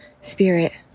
spirit